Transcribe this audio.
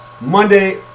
Monday